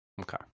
Okay